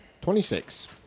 twenty-six